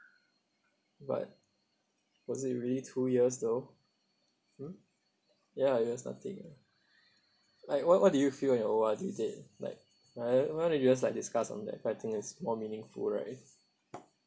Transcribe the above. but was it really two years though hmm ya I guess nothing ah like what what do you feel on your O_R_D day like why why don't you just like discuss on that but I think it's more meaningful right